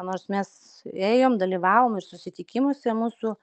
nors mes ėjom dalyvavom ir susitikimuose mūsų